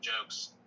jokes